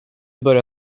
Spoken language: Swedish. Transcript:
börja